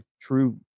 true